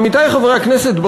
עמיתי חברי הכנסת,